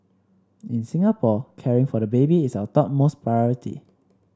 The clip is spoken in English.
in Singapore caring for the baby is our topmost priority